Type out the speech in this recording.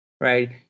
right